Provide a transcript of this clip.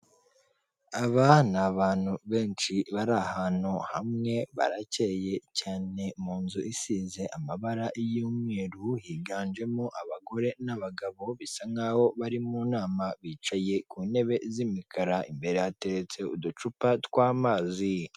Aba ni abantu benshi bari ahantu hamwe baracyeye cyane mu nzu isize amabara y'umweru, higanjemo abagore n'abagabo bisa nk'aho bari mu nama bicaye ku ntebe z'imikara imbere hateretse uducupa tw'amazi.